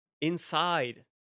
Inside